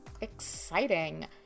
exciting